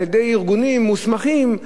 על-ידי ארגונים מוסמכים,